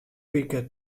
wike